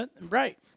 right